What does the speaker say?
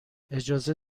اجازه